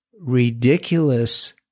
ridiculous